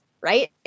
right